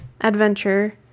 adventure